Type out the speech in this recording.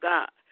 God